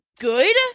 good